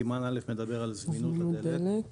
סימן א' מדבר על זמינות הדלק.